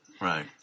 Right